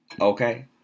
Okay